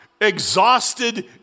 exhausted